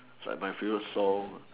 it's like my favorite song